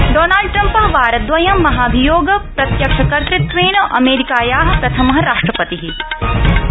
Donald Trump वारद्वयं महाभियोग प्रत्यक्षकर्तृत्वेन अमेरिकाया प्रथम राष्ट्रपति जात